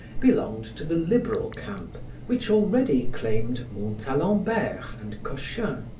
belonged to the liberal camp which already claimed montalembert and cochin,